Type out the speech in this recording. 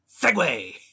Segway